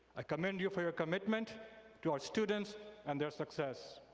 i commend you for your commitment to our students and their success.